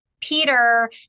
Peter